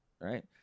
right